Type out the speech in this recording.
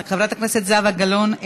חברת הכנסת זהבה גלאון,